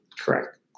Correct